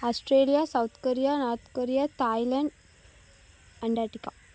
Australia South Korea North Korea Thailand Antarctica